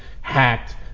hacked